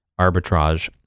arbitrage